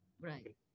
Right